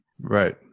Right